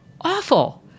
awful